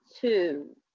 two